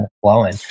flowing